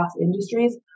industries